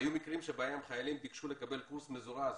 היו מקרים שבהם חיילים ביקשו לקבל קורס מזורז